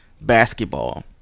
basketball